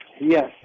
Yes